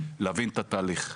להבין את התהליך.